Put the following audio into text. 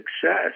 success